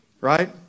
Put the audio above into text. right